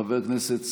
חבר הכנסת סעדי,